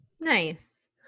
Nice